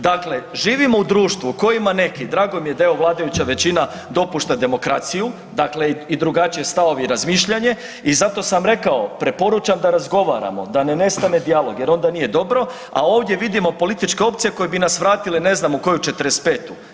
Dakle, živimo u društvu u kojem neki, drago mi je da evo vladajuća većina dopušta demokraciju, dakle i drugačije stavove i razmišljanje i zato sam rekao preporučam da razgovaramo da ne ne nestane dijalog jer onda nije dobro, a ovdje vidimo političke opcije koje bi nas vratila ne znam u koju, u '45.-tu, jadna nam majka.